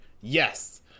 Yes